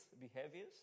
behaviors